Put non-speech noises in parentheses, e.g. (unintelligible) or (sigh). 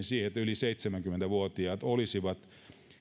(unintelligible) siihen että yli seitsemänkymmentä vuotiaat olisivat